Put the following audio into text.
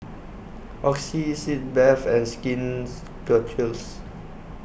Oxy Sitz Bath and Skin Ceuticals